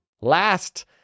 Last